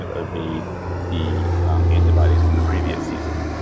ah evade the antibodies from the previous season.